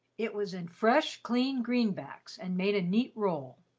it was in fresh, clean greenbacks and made a neat roll.